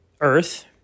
earth